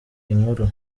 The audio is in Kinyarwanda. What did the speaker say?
inkuru